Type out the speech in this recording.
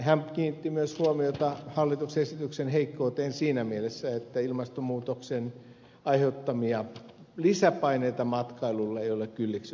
hän kiinnitti myös huomiota hallituksen esityksen heikkouteen siinä mielessä että ilmastonmuutoksen aiheuttamia lisäpaineita matkailulle ei ole kylliksi otettu huomioon